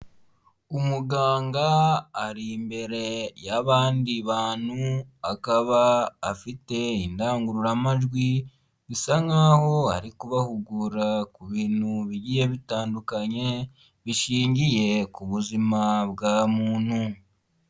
Umuganga ari imbere y'abandi bantu, akaba afite indangururamajwi bisa nk'aho ari kubahugura ku bintu bigiye bitandukanye bishingiye ku buzima bwa muntu.